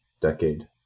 decade